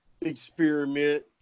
experiment